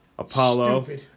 Apollo